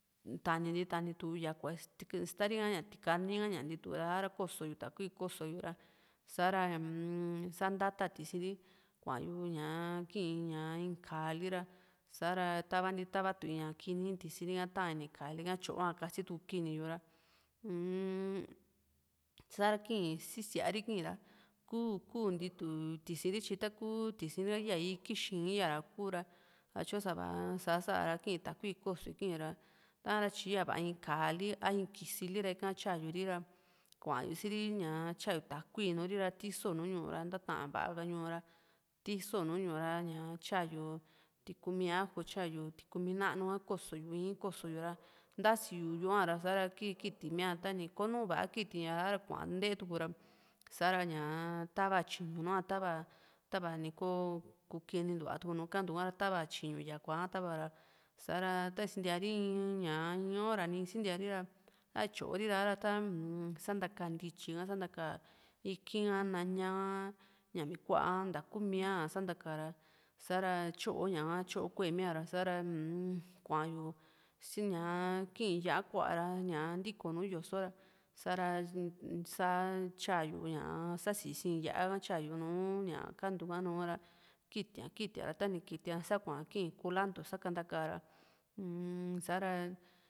tani ntii tani tú yakúa istari ka ña tikaní ka ña ntitu ra a´ra koso yu takui koso yu ra sa´ra sá ntata tisiiri kuá yu ñaa kii in ka´a li ra sa´ra tavanti tavatu´i ña kini in tisiri taan ini kaali ka tyo´a kasituku kini yu ra uu-m sa´ra kii sí síaari kira ku ku ntitu tisiri tyi taku tisiri ra ya ikí xiin ya ra iku´ra satyu sava sá ´sa ra kii takui ki kóso yu ra taara tyi yava in kaali a in kisili ra ika tyayuri ra kuayu si tyáyu takui nuuri ra tiso nùù ñu´u ra ´taa váka ñu´u ra tiso nu ñu´u ra tyayu tikumi ajo tyayu tikumi nanu´a koso yu ii´n koso yu ra ntasi yu yu´u a ra kiti mia tani kónu va´a kitía ra kua nteetura sa´ra ñaa tava tyiñu núa tava tava ni kò´o kinintuva tuku nùù kantu ha ra tava tyiñú yakua´ha tava ha´ra sa´ra ta ni sintiari in ña in hora ni kuntiiari ra a´run tyini tyóri ra uu-m sakanta ntítyi santaka iki´n ha naña ñamí ku´a ka ntakumía santaka ka ra sa´ra ty+ooña ka tyó kuemia ra sa´ra uu-m kua´yu si´ñaa kii yá´a ku´a ra ñaa ntiko nu yoso ra sa´ra sá tyáyuña ña sasísi yá´a ha tyáyu nùù ña kantuka nu ra kitia kitia ra tani kitía ra sa kuá kiin kulantu sakantaka ra uu-m sa´ra